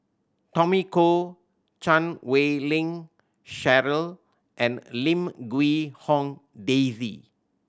Tommy Koh Chan Wei Ling Cheryl and Lim Quee Hong Daisy